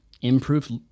improved